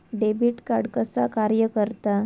Debit card कसा कार्य करता?